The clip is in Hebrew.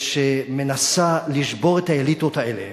שמנסה לשבור את האליטות האלה